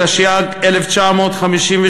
התשי"ג 1953,